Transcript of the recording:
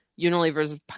Unilever's